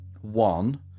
one